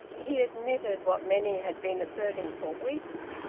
he admitted, what many had been asserting for weeks,